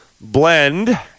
blend